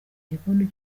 gikoni